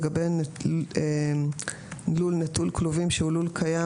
לגבי לול נטול כלובים שהוא לול קיים,